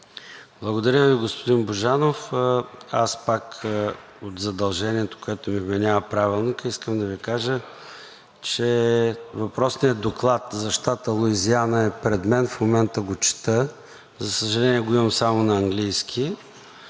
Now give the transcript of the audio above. Благодаря Ви, господин Божанов. Аз пак от задължението, което ми вменява Правилникът, искам да Ви кажа, че въпросният доклад за щата Луизиана е пред мен. В момента го чета. За съжаление, го имам само на английски.